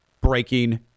breaking